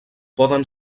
poden